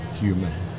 human